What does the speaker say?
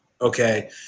okay